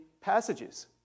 passages